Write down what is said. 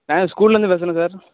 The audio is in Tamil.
நாங்கள் ஸ்கூல்லேருந்து பேசுகிறோம் சார்